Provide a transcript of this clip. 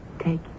take